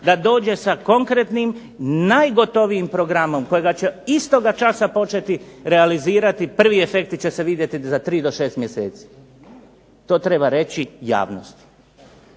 da dođe sa konkretnim najgotovijim programom kojega će istoga časa početi realizirati, prvi efekti će se vidjeti za 3 do 6 mjeseci. To treba reći javnosti.